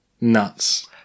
nuts